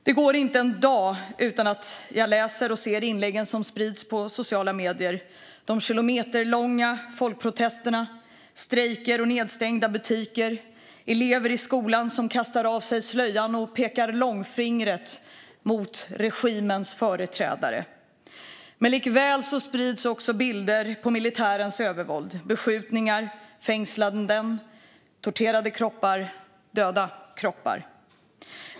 Det går inte en dag utan att jag läser och ser inläggen som sprids på sociala medier, de kilometerlånga folkprotesterna, strejker och nedstängda butiker, elever i skolan som kastar av sig slöjan och pekar finger mot regimens företrädare. Bilder sprids på militärens övervåld, beskjutningar, fängslanden, torterade kroppar och döda kroppar.